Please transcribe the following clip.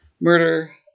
murder